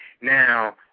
Now